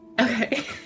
Okay